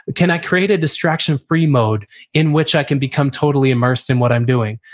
ah can i create a distraction free mode in which i can become totally immersed in what i'm doing?